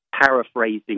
paraphrasing